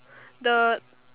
the